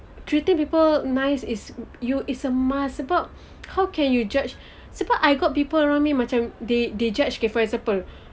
treating people nice is you is a must sebab how can you judge sebab I got people around me macam they they judge okay for example